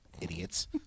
Idiots